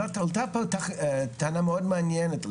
הועלתה פה טענה מאוד מעניינת,